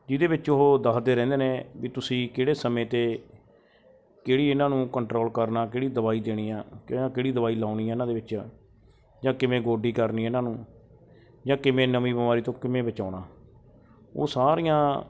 ਜਿਹਦੇ ਵਿੱਚ ਉਹ ਦੱਸਦੇ ਰਹਿੰਦੇ ਨੇ ਵੀ ਤੁਸੀਂ ਕਿਹੜੇ ਸਮੇਂ 'ਤੇ ਕਿਹੜੀ ਇਹਨਾਂ ਨੂੰ ਕੰਟਰੋਲ ਕਰਨਾ ਕਿਹੜੀ ਦਵਾਈ ਦੇਣੀ ਆ ਕੇ ਕਿਹੜੀ ਦਵਾਈ ਲਗਾਉਣੀ ਆ ਇਹਨਾਂ ਦੇ ਵਿੱਚ ਜਾਂ ਕਿਵੇਂ ਗੋਡੀ ਕਰਨੀ ਇਹਨਾਂ ਨੂੰ ਜਾਂ ਕਿਵੇਂ ਨਵੀਂ ਬਿਮਾਰੀ ਤੋਂ ਕਿਵੇਂ ਬਚਾਉਣਾ ਉਹ ਸਾਰੀਆਂ